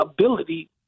ability